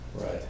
right